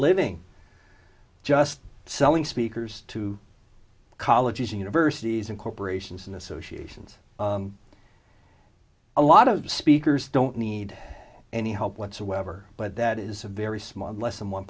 living just selling speakers to colleges universities and corporations and associations a lot of speakers don't need any help whatsoever but that is a very small less than one